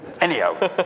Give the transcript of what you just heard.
Anyhow